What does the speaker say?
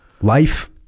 life